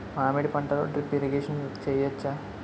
మామిడి పంటలో drip irrigation చేయచ్చా?